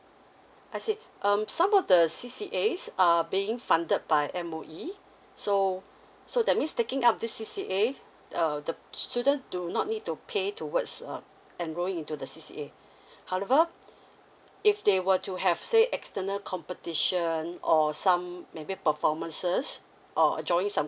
I see um some of the C_C_As are being funded by M_O_E so so that means taking up this C_C_A uh the student do not need to pay towards uh enrolling into the C_C_A however if they were to have say external competition or some maybe performances or joining some